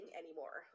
anymore